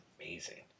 amazing